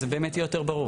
אז זה באמת יהיה יותר ברור.